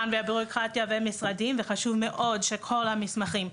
חשוב שכל המסמכים,